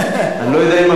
אני לא יודע מה עם הבעיות.